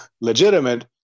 legitimate